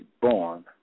born